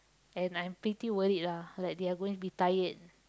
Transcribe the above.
and I'm pretty worried lah like they are going to be tired